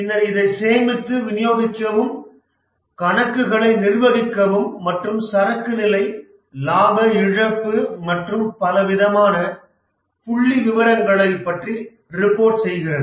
பின்னர் இதைச் சேமித்து விநியோகிக்கவும் கணக்குகளை நிர்வகிக்கவும் மற்றும் சரக்கு நிலை லாப இழப்பு மற்றும் பலவிதமான புள்ளிவிவரங்களைப் பற்றி ரிபோர்ட் செய்கிறது